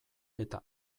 eta